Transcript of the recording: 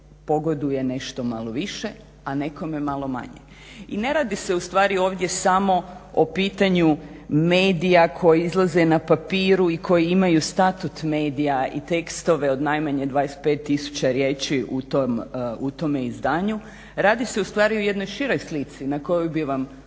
pogoduje nešto malo više a nekome malo manje. I ne radi se ustavi ovdje samo o pitanju medija koji izlaze na papiru i koji imaju statut medija i tekstove od najmanje 25 tisuća riječi u tome izdanju. Radi se ustvari o jednoj široj slici na koju bi vam željela